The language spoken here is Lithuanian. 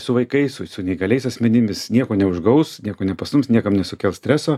su vaikais su su neįgaliais asmenim jis nieko neužgaus nieko nepastums niekam nesukels streso